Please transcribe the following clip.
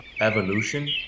evolution